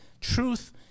truth